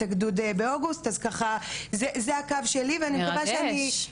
הגדוד באוגוסט אז ככה זה הקו שלי ואני מקווה שאני --- מרגש.